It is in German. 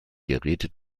geräte